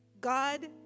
God